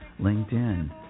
LinkedIn